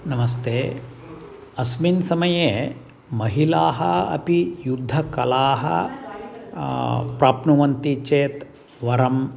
नमस्ते अस्मिन् समये महिलाः अपि युद्धकलाः प्राप्नुवन्ति चेत् वरम्